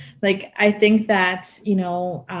like i think that, you know,